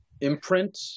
imprint